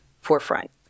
forefront